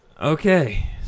Okay